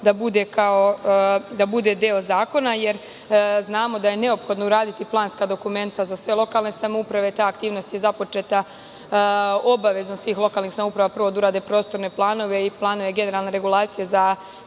da bude deo zakona. Znamo da je neophodno uraditi planska dokumenta za sve lokalne samouprave. Ta aktivnost je započeta obavezom svih lokalnih samouprava, prvo da urade prostorne planove i planove generalne regulacije za